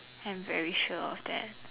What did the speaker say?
I'm very sure of that